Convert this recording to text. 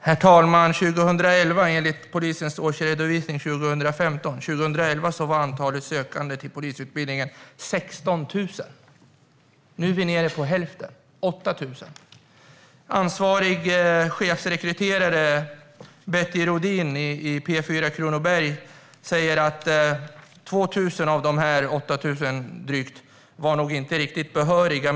Herr talman! Enligt polisens årsredovisning 2015 var det 16 000 sökande till polisutbildningen år 2011. Nu är vi nere på hälften, det vill säga 8 000. Ansvarig chefsrekryterare Betty Rohdin säger till P4 Kronoberg att 2 000 av dessa drygt 8 000 inte var riktigt behöriga att söka.